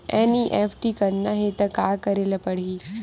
NEFT करना हे त का करे ल पड़हि?